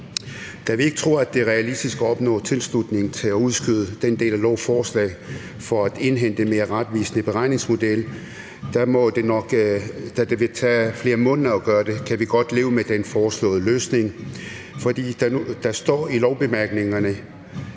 Da vi ikke tror, det er realistisk at opnå tilslutning til at udskyde den del af lovforslaget for at indhente en mere retvisende beregningsmodel, da det vil tage flere måneder at gøre det, kan vi godt leve med den foreslåede løsning, for der står i lovbemærkningerne,